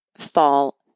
Fall